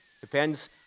Depends